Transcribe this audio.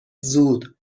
زود